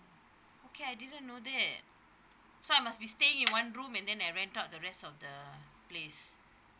okay I didn't know that so I must be staying in one room and then I rent out the rest of the place